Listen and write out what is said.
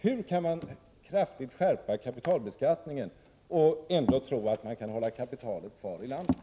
Hur kan man tro att det är möjligt att skärpa kapitalbeskattningen och ändå hålla kapitalet kvar i landet?